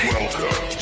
Welcome